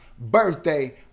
birthday